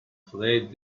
afraid